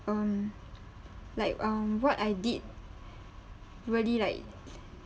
um like um what I did really like